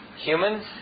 Humans